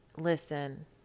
listen